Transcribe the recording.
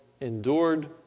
endured